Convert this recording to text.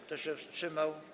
Kto się wstrzymał?